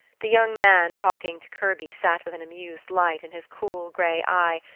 the young man talking to kirby sat with an amused light in his cool gray eye,